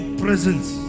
presence